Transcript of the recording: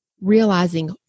realizing